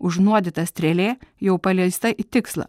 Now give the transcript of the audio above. užnuodyta strėlė jau paleista į tikslą